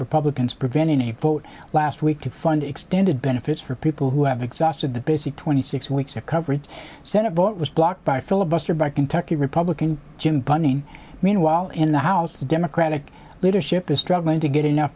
republicans prevented a vote last week to fund extended benefits for people who have exhausted the basic twenty six weeks of coverage senate vote was blocked by filibuster by kentucky republican jim bunning meanwhile in the house the democratic leadership is struggling to get enough